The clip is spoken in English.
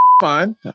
Fine